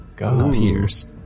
appears